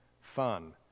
fun